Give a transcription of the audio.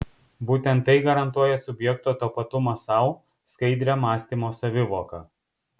būtent tai garantuoja subjekto tapatumą sau skaidrią mąstymo savivoką